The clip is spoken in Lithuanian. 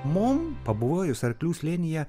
mum pabuvojus arklių slėnyje